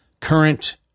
current